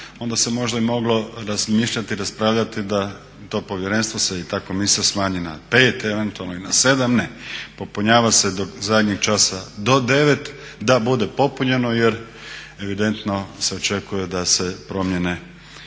onda se možda i moglo razmišljati, raspravljati da to povjerenstvo se i ta komisija smanji na pet eventualno i na sedam. Ne popunjava se do zadnjeg časa do devet da bude popunjeno jer evidentno se očekuje da se promjene